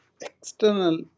external